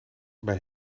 bij